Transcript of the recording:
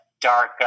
dark